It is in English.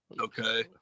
okay